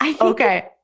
Okay